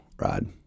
Rod